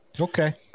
okay